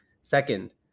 Second